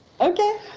Okay